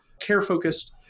care-focused